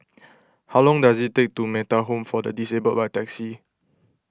how long does it take to Metta Home for the Disabled by taxi